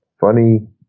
funny